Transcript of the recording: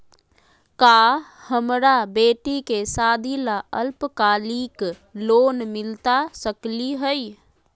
का हमरा बेटी के सादी ला अल्पकालिक लोन मिलता सकली हई?